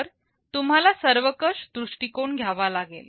तर तुम्हाला सर्वकष दृष्टिकोन घ्यावा लागेल